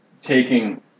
taking